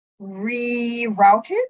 rerouted